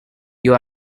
you